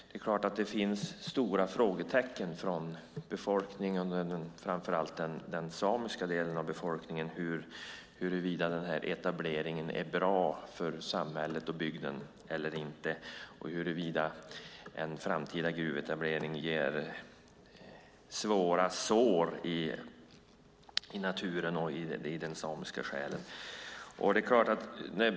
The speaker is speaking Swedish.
Det finns stora frågetecken hos befolkningen, framför allt den samiska delen av befolkningen, när det gäller huruvida den här etableringen är bra för samhället och bygden eller inte och huruvida en framtida gruvetablering ger svåra sår i naturen och den samiska själen.